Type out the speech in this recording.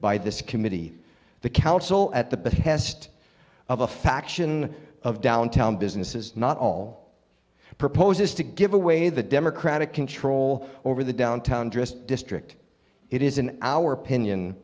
by this committee the council at the behest of a faction of downtown businesses not all proposes to give away the democratic control over the downtown tourist district it is in our opinion